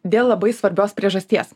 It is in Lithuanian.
dėl labai svarbios priežasties